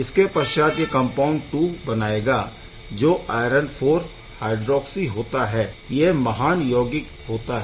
इसके पश्चात यह कम्पाउण्ड 2 बनाएगा जो आयरन IV हाइड्रोऑक्सी होता है यह महान यौगिक होता है